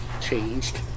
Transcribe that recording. changed